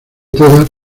tebas